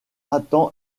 attend